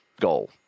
goal